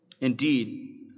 Indeed